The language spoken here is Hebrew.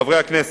חברי הכנסת,